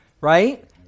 right